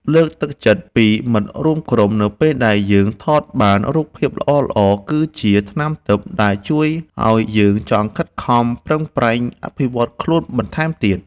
លើកទឹកចិត្តពីមិត្តរួមក្រុមនៅពេលដែលយើងថតបានរូបភាពល្អៗគឺជាថ្នាំទិព្វដែលជួយឱ្យយើងចង់ខិតខំប្រឹងប្រែងអភិវឌ្ឍខ្លួនបន្ថែមទៀត។